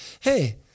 hey